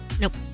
Nope